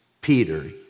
Peter